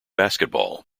basketball